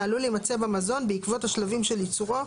העלול להימצא במזון בעקרבות השלבים של ייצורו,